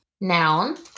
Noun